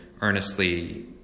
earnestly